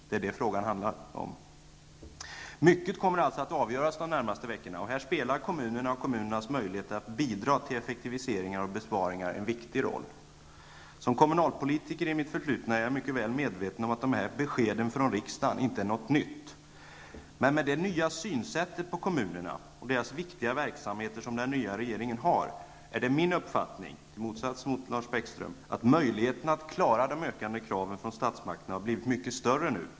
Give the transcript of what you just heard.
Det är vad frågan handlar om. Mycket kommer alltså att avgöras de närmaste veckorna, och här spelar kommunerna med sina möjligheter att bidra till effektiviseringar och besparingar en viktig roll. Som kommunalpolitiker i mitt förflutna är jag mycket väl medveten om att de här beskeden från riksdagen inte är något nytt. Men med den nya syn som den nya regeringen har på kommunerna och deras viktiga verksamheter har jag -- i motsats till Lars Bäckström -- uppfattningen att möjligheterna att klara de ökande kraven från statsmakterna nu har blivit mycket större.